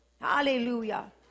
hallelujah